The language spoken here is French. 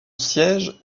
siège